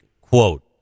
Quote